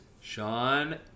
Sean